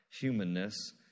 humanness